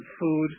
food